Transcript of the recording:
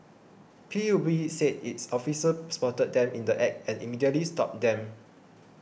P U B said its officers spotted them in the Act and immediately stopped them